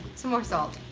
some more salt.